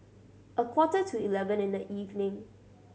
a quarter to eleven in the evening